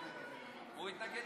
כלכלה,